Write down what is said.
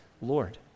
Lord